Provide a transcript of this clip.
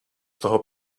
toho